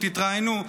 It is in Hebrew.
תתראיינו,